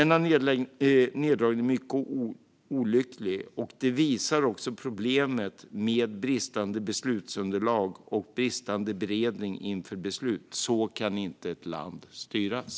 Neddragningen är mycket olycklig och visar på problemet med bristande beslutsunderlag och beredning inför beslut. Så kan inte ett land styras.